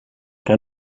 que